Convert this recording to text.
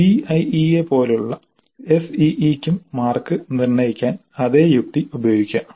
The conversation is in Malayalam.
സിഐഇയെപ്പോലെ SEE ക്കും മാർക്ക് നിർണ്ണയിക്കാൻ അതേ യുക്തി ഉപയോഗിക്കുക